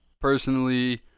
personally